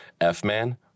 F-man